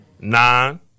Nine